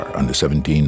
Under-17